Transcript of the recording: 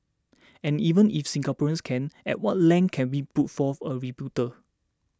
and even if Singaporeans can at what length can we put forth a rebuttal